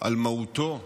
על מהותו,